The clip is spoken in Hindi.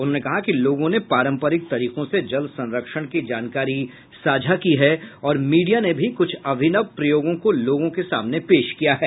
उन्होंने कहा कि लोगों ने पारंपरिक तरीको से जल संरक्षण की जानकारी साझा की है और मीडिया ने भी कुछ अभिनव प्रयोगो को लोगों के सामने पेश किया है